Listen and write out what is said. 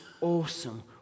awesome